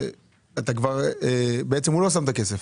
זה אתה כבר בעצם הוא לא שם את הכסף,